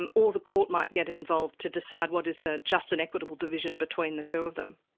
and or the court might get involved to decide what is a just and equitable division between the two of them.